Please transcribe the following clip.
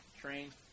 train